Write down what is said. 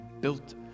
built